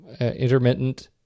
intermittent